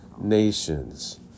nations